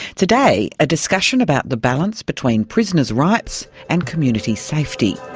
today a discussion about the balance between prisoners' rights and community safety.